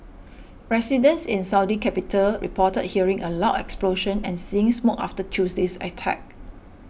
residents in Saudi capital reported hearing a loud explosion and seeing smoke after Tuesday's attack